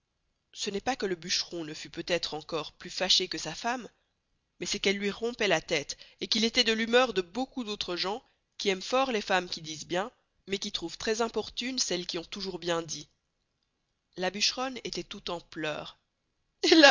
ce n'est pas que le bucheron ne fust peut estre encore plus faché que sa femme mais c'est qu'elle luy rompoit la teste et qu'il estoit de l'humeur de beaucoup d'autres gens qui ayment fort les femmes qui disent bien mais qui trouvent trés importunes celles qui ont toûjours bien dit la bucheronne estoit tout en pleurs